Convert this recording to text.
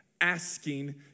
asking